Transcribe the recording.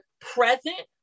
present